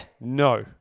No